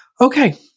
Okay